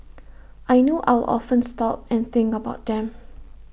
I know I'll often stop and think about them